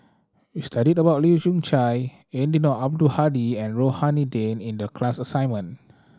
we studied about Leu Yew Chye Eddino Abdul Hadi and Rohani Din in the class assignment